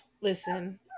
Listen